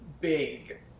big